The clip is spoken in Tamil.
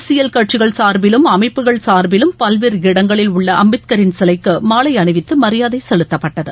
அரசியல் கட்சிகள் எர்பிலும் அமைப்புகள் சார்பிலும் பல்வேறு இடங்களில் உள்ளஅம்பேத்கரின் சிலைக்குமாலைஅணிவித்துமரியாதைசெலுத்தப்பட்டது